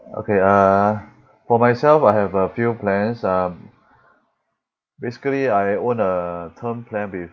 okay uh for myself I have a few plans um basically I own a term plan with